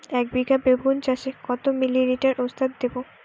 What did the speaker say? একবিঘা বেগুন চাষে কত মিলি লিটার ওস্তাদ দেবো?